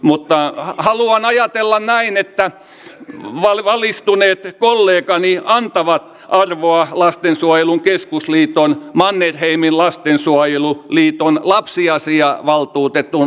mutta haluan ajatella näin että valistuneet kollegani antavat arvoa lastensuojelun keskusliiton mannerheimin lastensuojeluliiton ja lapsiasiavaltuutetun lausunnoille